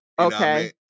Okay